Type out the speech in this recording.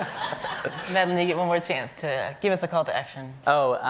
madeleine, you get one more chance to give us a call to action. oh,